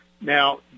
Now